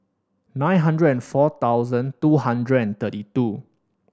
nine hundred and four thousand two hundred and thirty two